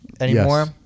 anymore